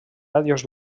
ràdios